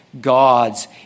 gods